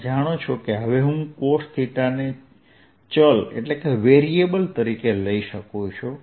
તમે જાણો છો કે હવે હું cosθને ચલ તરીકે લઈ શકું છું